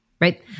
right